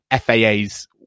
FAA's